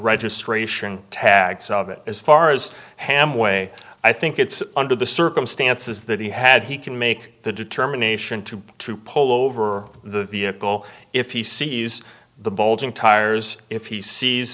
registration tags of it as far as ham way i think it's under the circumstances that he had he can make the determination to go to pull over the vehicle if he sees the bulging tires if he sees